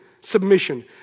submission